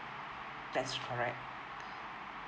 that's alright